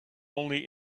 only